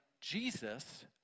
Jesus